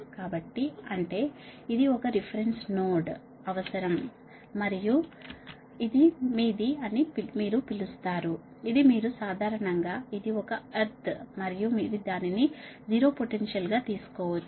కాబట్టి అంటే ఇది ఒక రిఫరెన్స్ నోడ్ అవసరం మరియు ఇది మీది అని మీరు పిలుస్తారు ఇది మీ సాధారణంగా ఇది ఒక ఎర్త్ మరియు మీరు దానిని 0 పొటెన్షియల్గా తీసుకోవచ్చు